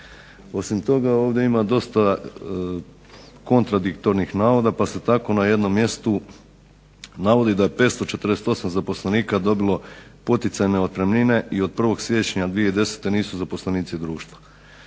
Osim toga ovdje ima dosta kontradiktornih navoda pa se tako na jednom mjestu navodi da je 548 zaposlenika dobilo poticajne otpremnine i od 1.siječnja 2010.nisu zaposlenici društva.